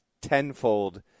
tenfold